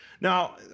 Now